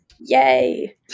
Yay